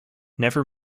never